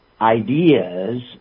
ideas